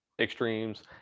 extremes